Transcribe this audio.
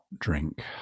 drink